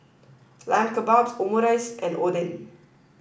Lamb Kebabs Omurice and Oden